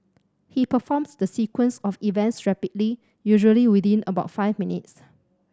he performs the sequence of events rapidly usually within about five minutes